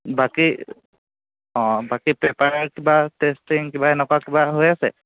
বাকী বাকী পেপাৰৰ কিবা টেষ্টিং কিবা এনেকুৱা কিবা হৈ আছে